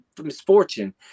misfortune